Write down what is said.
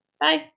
bye